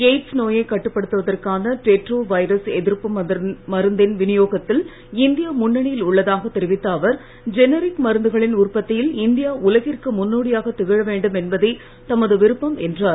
AIDS நோயைக் கட்டுப்படுத்துவதற்கான retro virus எதிர்ப்பு மருந்தின் வினியோகத்தில் இந்தியா முன்னணியில் உள்ளதாகத் தெரிவித்த அவர் ஜெனரிக் மருந்துகளின் உற்பத்தியில் இந்தியா உலகிற்கு முன்னோடியாக திகழவேண்டும் என்பதே தமது விருப்பம் என்றார்